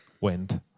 went